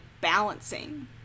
balancing